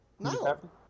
No